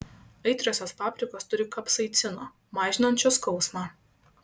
aitriosios paprikos turi kapsaicino mažinančio skausmą